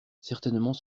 certainement